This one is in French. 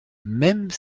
même